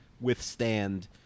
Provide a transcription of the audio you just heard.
withstand